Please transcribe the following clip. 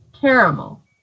caramel